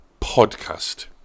podcast